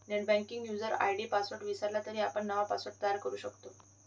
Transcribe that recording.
नेटबँकिंगचा user ID password विसरला तरी आपण नवा पासवर्ड तयार करू शकतो